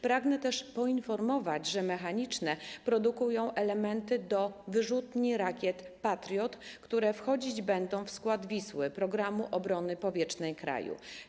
Pragnę też poinformować, że „Mechaniczne” produkują elementy do wyrzutni rakiet Patriot, które wchodzić będą w skład Wisły, programu obrony powietrznej kraju.